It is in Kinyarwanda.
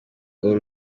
uru